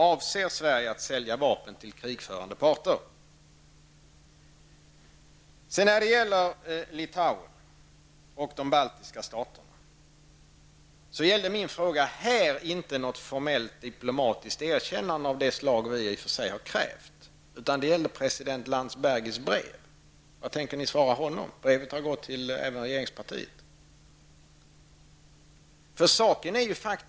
Avser Sverige att sälja vapen till krigförande parter? Vidare har vi Litauen och de övriga baltiska staterna. Min fråga här gällde inte något fullt diplomatiskt erkännande av det slag som vi i miljöpartiet i och för sig krävt. Min fråga gällde president Landsbergis brev. Vad tänker ni svara honom? Brevet har även ställts till regeringspartiet.